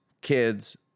kids